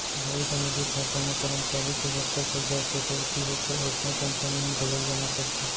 भविस्य निधि खाता म करमचारी के जतका पइसा कटउती होथे ओतने कंपनी ह घलोक जमा करथे